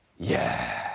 yeah